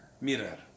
mirror